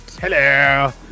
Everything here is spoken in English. Hello